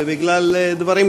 ובגלל דברים